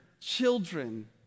children